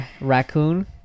Raccoon